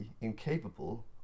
incapable